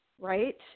right